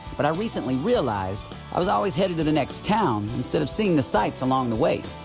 but i recently realize i was always headed to the next town instead of seeing the sights along the way,